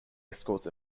escort